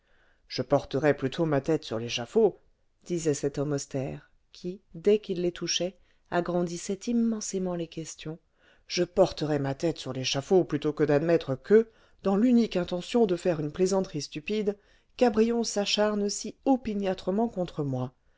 je porterais plutôt ma tête sur l'échafaud disait cet homme austère qui dès qu'il les touchait agrandissait immensément les questions je porterais ma tête sur l'échafaud plutôt que d'admettre que dans l'unique intention de faire une plaisanterie stupide cabrion s'acharne si opiniâtrement contre moi